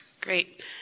Great